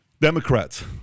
Democrats